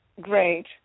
Great